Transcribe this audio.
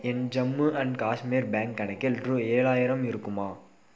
N Jammu and Kashmir bank கணக்கில் ரூ ஏழாயிரம் இருக்குமா